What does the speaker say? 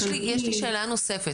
יש לי שאלה נוספת,